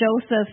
joseph